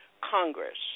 Congress